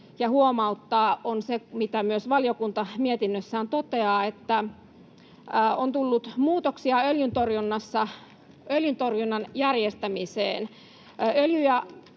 huomauttaa, on se, mitä myös valiokunta mietinnössään toteaa, että on tullut muutoksia öljyntorjunnan järjestämiseen.